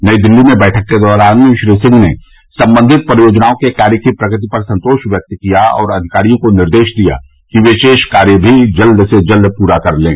नई दिल्ली में बैठक के दौरान श्री सिंह ने संबंधित परियोजनाओं के कार्य की प्रगति पर संतोष व्यक्त किया और अधिकारियों को निर्देश दिया कि वे शेष कार्य भी जल्द से जल्द पूरा कर लें